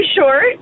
short